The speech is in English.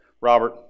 Robert